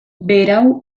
berau